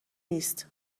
نیست